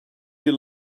your